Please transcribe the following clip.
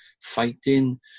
fighting